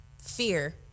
fear